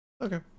Okay